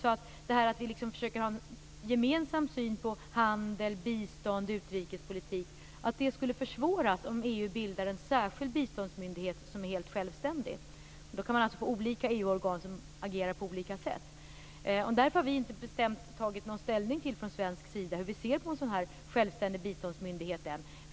Våra försök att ha en gemensam syn på handel, bistånd och utrikespolitik skulle försvåras om EU bildar en särskild biståndsmyndighet som är helt självständig, och då kan man få olika EU organ som agerar på olika sätt. Därför har vi från svensk sida ännu inte tagit någon bestämd ställning till hur vi ser på en självständig biståndsmyndighet.